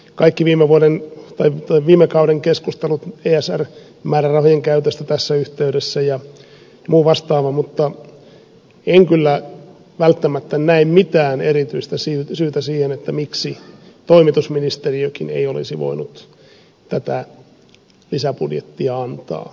me nyt muistamme kaikki viime kauden keskustelut esr määrärahojen käytöstä tässä yhteydessä ja muut vastaavat mutta en kyllä välttämättä näe mitään erityistä syytä siihen miksi toimitusministeriökin ei olisi voinut tätä lisäbudjettia antaa